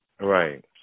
Right